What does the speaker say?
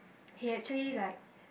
he actually like